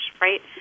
right